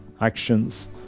actions